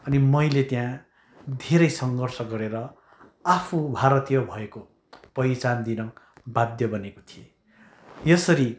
अनि मैले त्यहाँ धेरै सङ्घर्ष गरेर आफू भारतीय भएको पहिचान दिन बाध्य बनेको थिएँ यसरी